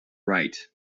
right